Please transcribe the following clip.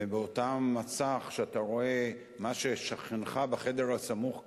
ובאותו מסך שאתה רואה מה ששכנך בחדר הסמוך כתב,